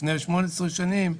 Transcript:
לפני 18 שנים,